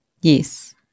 Yes